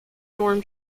dorm